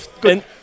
Good